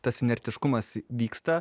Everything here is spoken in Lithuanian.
tas inertiškumas vyksta